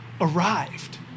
arrived